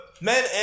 men